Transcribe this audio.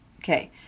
Okay